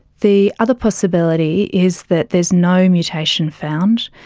the other possibility is that there is no mutation found,